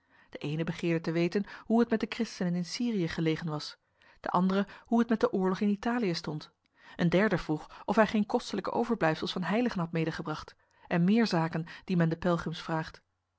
de ene begeerde te weten hoe het met de christenen in syrië gelegen was de andere hoe het met de oorlog in italië stond een derde vroeg of hij geen kostelijke overblijfsels van heiligen had medegebracht en meer zaken die men de pelgrims vraagt